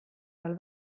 tal